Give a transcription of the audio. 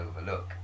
overlook